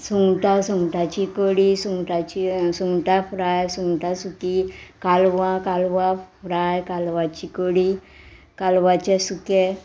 सुंगटां सुंगटाची कडी सुंगटाची सुंगटां फ्राय सुंगटां सुकीं कालवां कालवां फ्राय कालवांचीं कडी कालवाचें सुकें